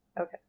Okay